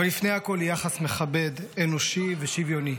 אבל לפני הכול היא יחס מכבד, אנושי ושוויוני.